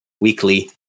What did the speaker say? weekly